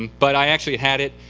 but i actually had it.